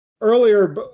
earlier